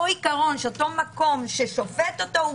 אותו עיקרון שאותו מקום ששופט אותו,